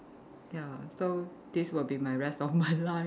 ya so this will be my rest of my life